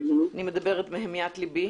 אני מדברת מהמיית ליבי